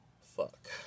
Fuck